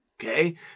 okay